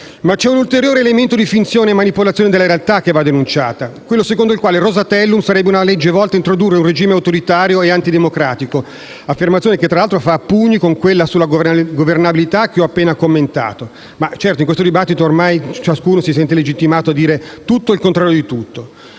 C'è un ulteriore elemento di finzione e manipolazione della realtà che va denunciato, quello secondo il quale il Rosatellum sarebbe una legge volta ad introdurre un regime autoritario e antidemocratico; affermazione che, tra l'altro, fa a pugni con quella sulla governabilità che ho appena commentato. Certo, in questo dibattito ciascuno si sente ormai legittimato a dire tutto e il contrario di tutto.